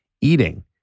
eating